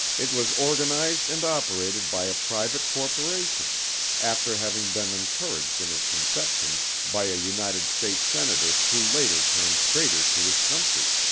it was organized and operated by a private corporation after having been encouraged in its inception by a united states senator who later turned traitor to his country.